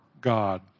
God